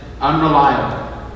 unreliable